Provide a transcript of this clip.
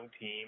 team